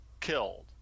killed